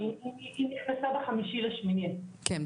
היא נכנסה ב-5 לאוגוסט 2021. כן.